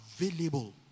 available